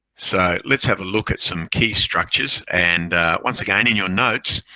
so let's have a look at some key structures and once again in your notes,